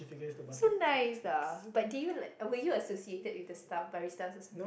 so nice ah but did you like were you associated with the staff Baristas or something